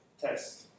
test